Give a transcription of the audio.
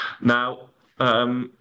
Now